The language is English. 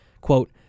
Quote